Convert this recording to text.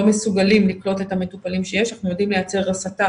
מסוגלים לקלוט את המטופלים שיש אנחנו יודעים לייצר הסטה,